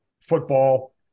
football